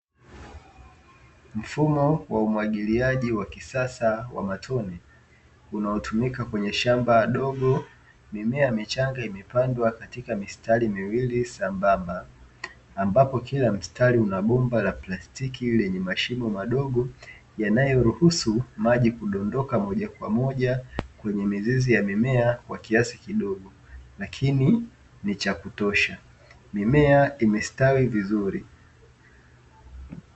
Mfumo wa umwagiliaji wa kisasa wa matone, unaotumika kwenye shamba dogo. Mimea michanga imepandwa katika mistari miwili sambamba; ambapo kila mstari una bomba la plastiki lenye mashimo madogo, yanayoruhusu maji kudondoka moja kwa moja kwenye mizizi ya mimea kwa kiasi kidogo lakini ni cha kutosha. Mimea imestawi vizuri.